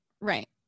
Right